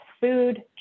food